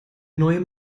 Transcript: neuen